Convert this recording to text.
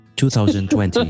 2020